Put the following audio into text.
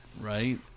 Right